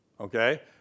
Okay